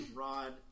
rod